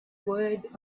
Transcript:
word